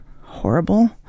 horrible